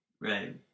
Right